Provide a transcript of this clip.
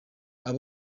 aba